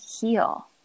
heal